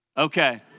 Okay